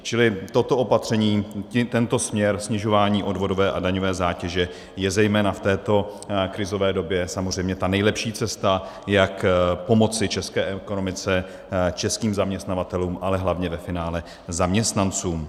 Čili toto opatření, tento směr snižování odvodové a daňové zátěže je zejména v této krizové době samozřejmě ta nejlepší cesta, jak pomoci české ekonomice, českým zaměstnavatelům, ale hlavně ve finále zaměstnancům.